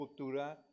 cultura